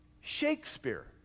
Shakespeare